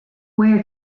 where